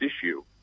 issue